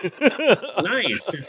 Nice